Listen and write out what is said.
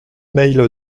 mail